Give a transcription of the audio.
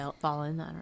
fallen